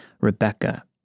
Rebecca